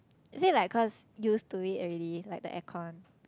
is it like cause used to it already like the aircon